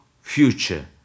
future